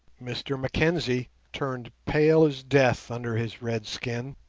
mr mackenzie turned pale as death under his red skin.